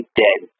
dead